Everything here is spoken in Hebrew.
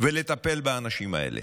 ולטפל באנשים האלה